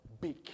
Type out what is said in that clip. big